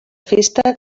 festa